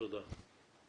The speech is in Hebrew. תודה.